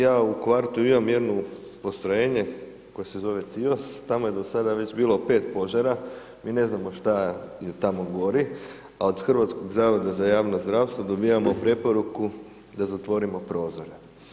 Ja u kvartu imam jedno postrojenje koje se zove CIOS, tamo je do sada već bilo 5 požara, mi ne znamo šta tamo gori a od HZJZ-a dobivamo preporuku da zatvorimo prozore.